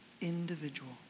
individual